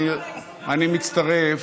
לא באינסטגרם, אני מצטרף